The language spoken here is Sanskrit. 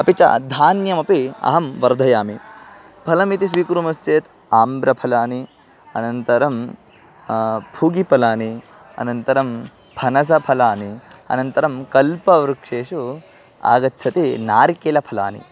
अपि च धान्यमपि अहं वर्धयामि फलमिति स्वीकुर्मश्चेत् आम्रफलानि अनन्तरं फूगिफलानि अनन्तरं फनसफलानि अनन्तरं कल्पवृक्षेषु आगच्छति नारिकेलफलानि